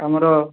ଆମର